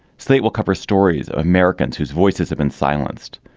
slate will cover stories of americans whose voices have been silenced.